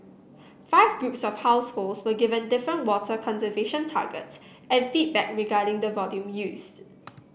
five groups of households were given different water conservation targets and feedback regarding the volume used